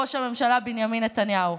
לראש הממשלה בנימין נתניהו.